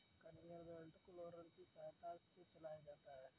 conveyor belt को roller की सहायता से चलाया जाता है